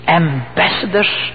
ambassadors